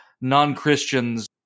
non-Christians